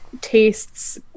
tastes